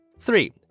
Three